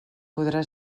podrà